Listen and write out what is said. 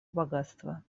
богатства